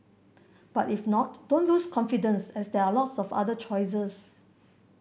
but if not don't lose confidence as there are lots of other choices